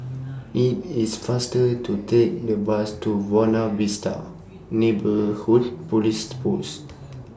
IT IS faster to Take The Bus to Wona Vista Neighbourhood Police Post